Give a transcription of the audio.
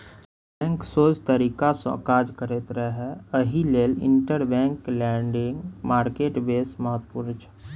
bank सोझ तरीकासँ काज करैत रहय एहि लेल इंटरबैंक लेंडिंग मार्केट बेस महत्वपूर्ण छै